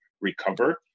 recover